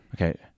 Okay